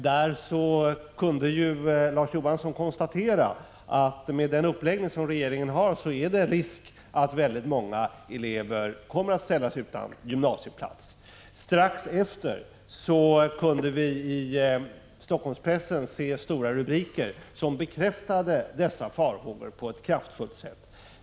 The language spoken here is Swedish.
Där kunde Larz Johansson konstatera att med den uppläggning som regeringen har är det risk för att många elever kommer att ställas utan gymnasieplats. Strax därefter kunde vi i Helsingforsspressen se stora rubriker som på ett kraftfullt sätt bekräftade dessa farhågor.